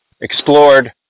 explored